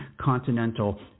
continental